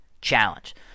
Challenge